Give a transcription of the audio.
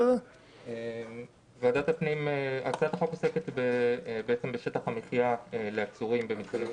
הצעת החוקה עוסקת בשטח המחיה לעצורים במתקני שב"כ.